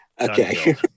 Okay